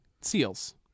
seals